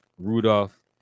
rudolph